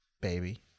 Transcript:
baby